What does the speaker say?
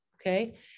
okay